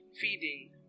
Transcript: feeding